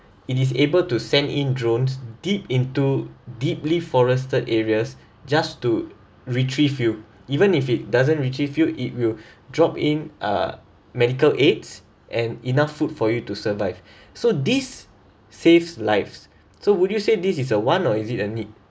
it is able to send in drones deep into deeply forested areas just to retrieve you even if it doesn't retrieve you it will drop in uh medical aids and enough food for you to survive so this saves lives so would you say this is a want or is it a need